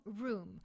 Room